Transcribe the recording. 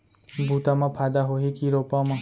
बुता म फायदा होही की रोपा म?